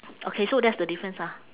okay so that's the difference ah